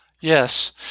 Yes